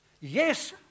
Yes